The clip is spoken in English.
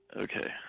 Okay